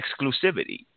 exclusivity